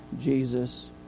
Jesus